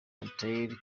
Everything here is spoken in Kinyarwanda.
natalie